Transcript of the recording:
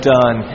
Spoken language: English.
done